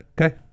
Okay